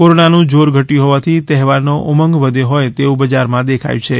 કોરોનાનું જોર ઘટ્યું હોવાથી તહેવારનો ઉમંગ વધ્યો હોય તેવું બજારમાં દેખાય છે